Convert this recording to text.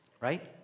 right